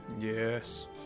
Yes